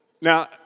Now